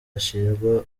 ashinjwa